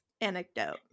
anecdote